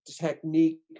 technique